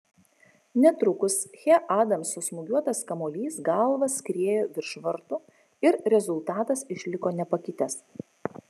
netrukus che adamso smūgiuotas kamuolys galva skriejo virš vartų ir rezultatas išliko nepakitęs